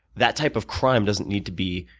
that type of crime doesn't need to be.